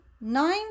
nine